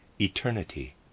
eternity